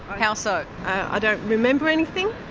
how so? i don't remember anything,